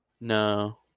no